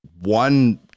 one